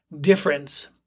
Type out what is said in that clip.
difference